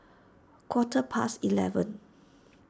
quarter past eleven